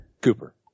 Cooper